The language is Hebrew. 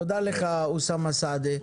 תודה לך חבר הכנסת סעדי.